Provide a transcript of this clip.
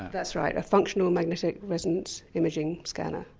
that's right, a functional magnetic resonance imaging scanner.